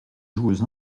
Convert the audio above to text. joueuse